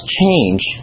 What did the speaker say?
change